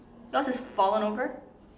yours is fallen over